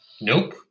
Nope